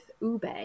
ube